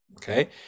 Okay